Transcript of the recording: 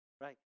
right